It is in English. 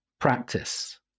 practice